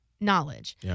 knowledge